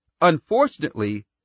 Unfortunately